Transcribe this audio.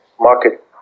market